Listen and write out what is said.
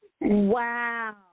wow